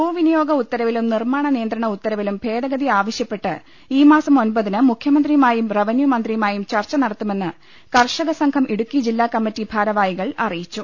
ഭൂവിനിയോഗ ഉത്തരവിലും നിർമ്മാണ നിയന്ത്രണ ഉത്തരവിലും ഭേദഗതി ആവശ്യപ്പെട്ട് ഈ മാസം ഒമ്പതിന് മുഖ്യമന്ത്രിയുമായും റവന്യൂ മന്ത്രിയുമായും ചർച്ച നടത്തുമെന്ന് കർഷകസംഘം ഇടുക്കി ജില്ലാ കമ്മിറ്റി ഭാര വാഹി കൾ അറിയിച്ചു